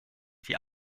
die